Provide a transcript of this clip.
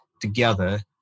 together